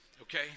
okay